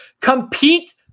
Compete